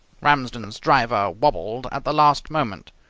ramsden's driver wabbled at the last moment.